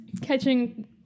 catching